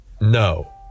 No